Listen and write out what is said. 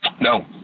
no